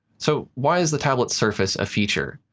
so why is the tablet's surface a feature?